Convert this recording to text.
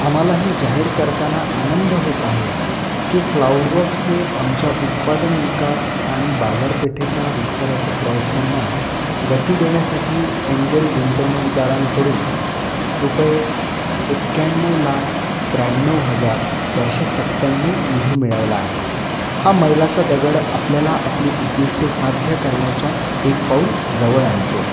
आम्हाला हे जाहीर करताना आनंद होत आहे की क्लाउडवर्क्सने आमच्या उत्पादन विकास आणि बाजारपेठेच्या विस्ताराच्या प्रयत्नांना गती देण्यासाठी एंजेल गुंतवणूकदारांकडून रुपये एक्याण्णव लाख त्र्याण्णव हजार चारशे सत्त्याण्णव निधी मिळवला आहे हा मैलाचा दगड आपल्याला आपली उद्दिष्टे साध्य करण्याच्या एक पाऊल जवळ आणतो